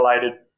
related